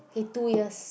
he two years